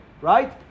Right